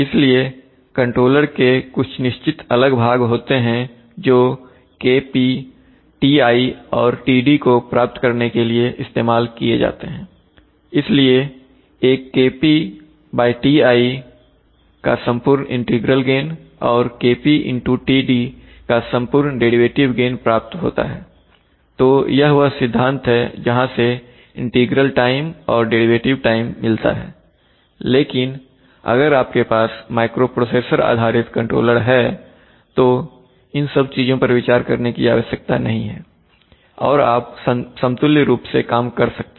इसलिए कंट्रोलर के कुछ निश्चित अलग अलग भाग होते हैं जो KP Ti और Td को प्राप्त करने के लिए इस्तेमाल किए जाते हैंइसलिए एक KP TI का संपूर्ण इंटीग्रल गेन और KP TD का संपूर्ण डेरिवेटिव गैन प्राप्त होता हैतो यह वह सिद्धांत है जहां से इंटीग्रल टाइम और डेरिवेटिव टाइम मिलता है लेकिन अगर आपके पास माइक्रोप्रोसेसर आधारित कंट्रोलर है तो इन सब चीजों पर विचार करने की आवश्यकता नहीं है और आप समतुल्य रूप से काम कर सकते हैं